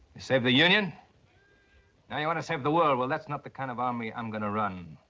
serve the union. now you want to serve the world. well, that's not the kind of army i'm gonna run.